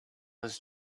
was